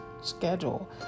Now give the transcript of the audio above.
schedule